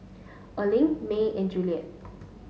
Erling May and Juliette